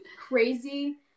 crazy